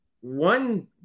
one